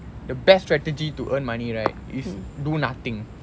the best strategy to earn money right is do nothing